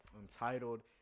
Entitled